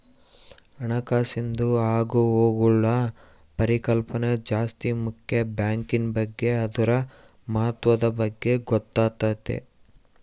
ಹಣಕಾಸಿಂದು ಆಗುಹೋಗ್ಗುಳ ಪರಿಕಲ್ಪನೆ ಜಾಸ್ತಿ ಮುಕ್ಯ ಬ್ಯಾಂಕಿನ್ ಬಗ್ಗೆ ಅದುರ ಮಹತ್ವದ ಬಗ್ಗೆ ಗೊತ್ತಾತತೆ